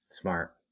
Smart